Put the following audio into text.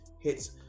hits-